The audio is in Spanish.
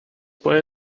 puede